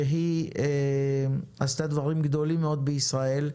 שהיא עשתה דברים גדולים מאוד בישראל.